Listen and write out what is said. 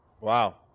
Wow